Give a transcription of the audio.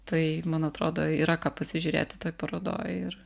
tai man atrodo yra ką pasižiūrėti toj parodoj ir